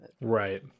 right